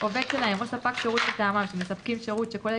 עובד שלהם או ספק שירות מטעמם שמספקים שירות שכולל